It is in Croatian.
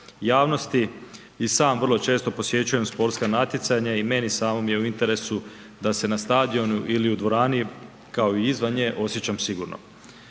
I sam vrlo često posjećujem sportska natjecanja i meni samom je u interesu da se na stadionu ili u dvorani, kao i izvan nje osjećam sigurno.